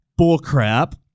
bullcrap